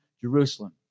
Jerusalem